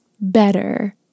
better